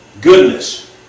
goodness